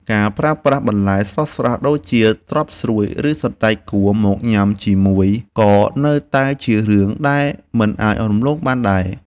ការប្រើប្រាស់បន្លែស្រស់ៗដូចជាត្រប់ស្រួយឬសណ្តែកគួរមកញ៉ាំជាមួយក៏នៅតែជារឿងដែលមិនអាចរំលងបានដែរ។